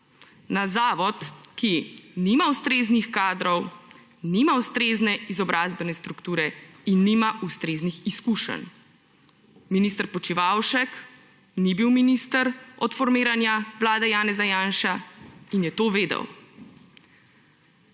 na zavod, ki nima ustreznih kadrov, nima ustrezne izobrazbene strukture in nima ustreznih izkušenj. Minister Počivalšek ni bil minister od formiranja vlade Janeza Janše in je to vedel.